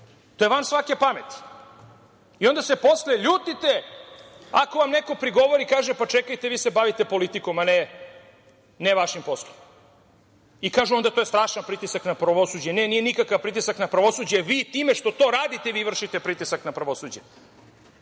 To je van svake pameti. Onda se posle ljutite ako vam neko prigovori i kaže „pa čekajte, vi se bavite politikom a ne vašim poslom“ i onda kažu „to je strašan pritisak na pravosuđe“. Ne, nije nikakav pritisak na pravosuđe. Vi time što to radite, vi vršite pritisak na pravosuđe